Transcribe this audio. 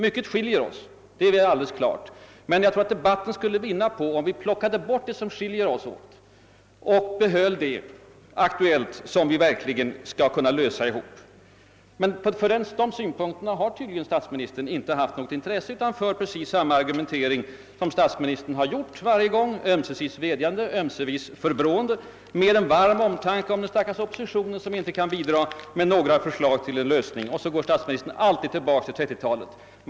Mycket skiljer oss — det är alldeles klart — men jag tror att vi skulle vinna på, om vi plockade bort det som skiljer oss åt och diskutera det som vi verkligen skulle kunna lösa tillsammans. Men för de synpunkterna har statsministern tydligen inte haft något intresse. Han för precis samma argumentering som statsministern har gjort varje gång under de senaste åren, ömsevis vädjande, ömsevis förebrående, med en varm omtanke om den stackars oppositionen som inte kan bidra med några förslag till lösning. Och statsministern går alltid tillbaka till 1930-talet.